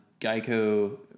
Geico